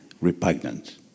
repugnant